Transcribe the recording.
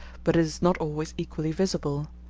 but it is not always equally visible.